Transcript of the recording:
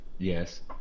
yes